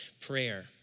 prayer